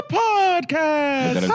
podcast